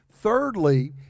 Thirdly